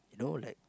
you know like